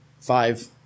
five